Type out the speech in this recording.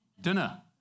Dinner